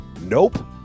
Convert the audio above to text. Nope